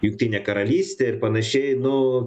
jungtinė karalystė ir panašiai nu